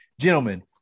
Gentlemen